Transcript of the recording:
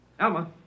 Alma